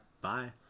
Bye